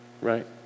Right